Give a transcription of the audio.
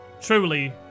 truly